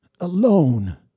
alone